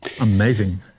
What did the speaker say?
Amazing